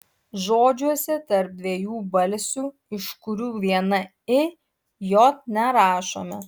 žodžiuose tarp dviejų balsių iš kurių viena i j nerašome